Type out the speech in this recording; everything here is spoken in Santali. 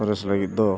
ᱥᱚᱨᱮᱥ ᱞᱟᱹᱜᱤᱫ ᱫᱚ